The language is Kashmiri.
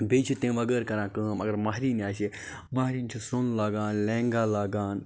بیٚیہِ چھِ تمہِ وَغٲر کَران کٲم اَگَر مَہرِنۍ آسہِ مَہرِنۍ چھِ سۄن لاگان لہیٚنٛگا لاگان